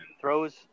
Throws